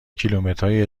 کیلومترهای